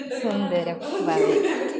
सुन्दरं भवति